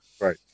Right